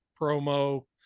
promo